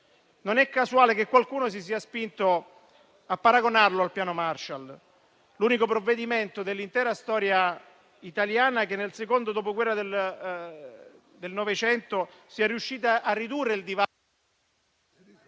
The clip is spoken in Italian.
Non è casuale che qualcuno si sia spinto a paragonarlo al Piano Marshall, l'unico provvedimento, nell'intera storia italiana che, nel secondo dopoguerra del Novecento, sia riuscito a ridurre il divario